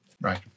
Right